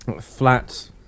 Flat